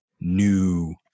new